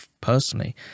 personally